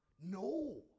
No